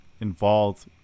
involved